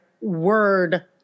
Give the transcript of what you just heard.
word